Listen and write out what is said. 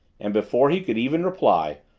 and before he could even reply,